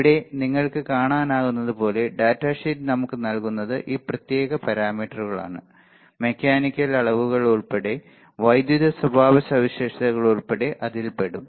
ഇവിടെ നിങ്ങൾക്ക് കാണാനാകുന്നതുപോലെ ഡാറ്റാ ഷീറ്റ് നമുക്ക് നൽകുന്നത് ഈ പ്രത്യേക പാരാമീറ്ററുകളാണ് മെക്കാനിക്കൽ അളവുകൾ ഉൾപ്പെടെ വൈദ്യുത സ്വഭാവസവിശേഷതകൾ ഉൾപ്പെടെ അതിൽ പെടും